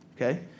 okay